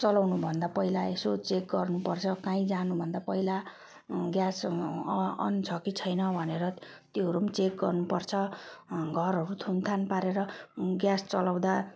चलाउनु भन्दा पहिला यसो चेक गर्नु पर्छ काहीँ जानु भन्दा पहिला ग्यास अन छ कि छैन भनेर त्योहरू चेक गर्नु पर्छ घरहरू थुन थान पारेर ग्यास चलाउँदा